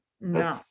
No